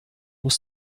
muss